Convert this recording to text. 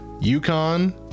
Yukon